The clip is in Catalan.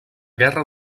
guerra